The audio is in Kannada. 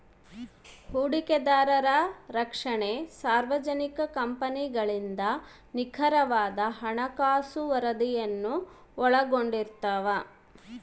ಹೂಡಿಕೆದಾರರ ರಕ್ಷಣೆ ಸಾರ್ವಜನಿಕ ಕಂಪನಿಗಳಿಂದ ನಿಖರವಾದ ಹಣಕಾಸು ವರದಿಯನ್ನು ಒಳಗೊಂಡಿರ್ತವ